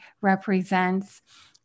represents